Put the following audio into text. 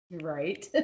Right